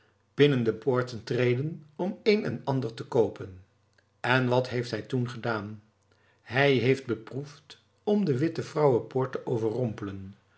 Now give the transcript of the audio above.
binnen de poorten treden om een en ander te koopen en wat heeft hij toen gedaan hij heeft beproefd om de wittevrouwen poort te overrompelen